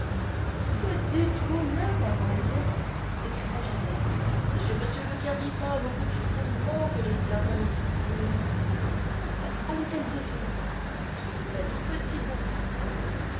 que dites-vous là ma voisine s'écria gervaise c'est chez m le cardinal au petit bourbon que les flamands ont soupé non pas à l'hôtel de ville si fait au